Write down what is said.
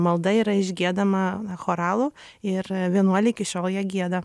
malda yra išgiedama choralu ir vienuoliai iki šiol ją gieda